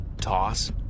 Toss